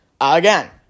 Again